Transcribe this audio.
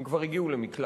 הן כבר הגיעו למקלט,